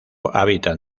hábitat